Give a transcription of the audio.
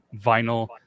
vinyl